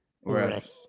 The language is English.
Whereas